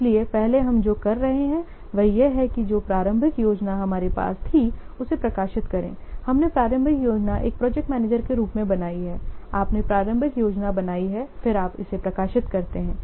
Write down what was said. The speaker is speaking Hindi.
इसलिए पहले हम जो कर रहे हैं वह यह है कि जो प्रारंभिक योजना हमारे पास थी उसे प्रकाशित करें हमने प्रारंभिक योजना एक प्रोजेक्ट मैनेजर के रूप में बनाई है आपने प्रारंभिक योजना बनाई है फिर आप इसे प्रकाशित करते हैं